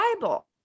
Bible